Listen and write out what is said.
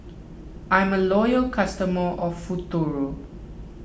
I'm a loyal customer of Futuro